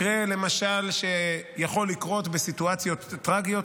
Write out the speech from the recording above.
מקרה שיכול לקרות בסיטואציות טרגיות,